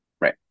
Right